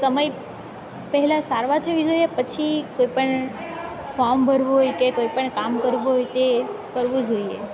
સમય પહેલાં સારવાર થવી જોઈએ પછી કોઈપણ ફોમ ભરવું હોય કે કોઈપણ કામ કરવું હોય તે કરવું જોઈએ